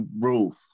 roof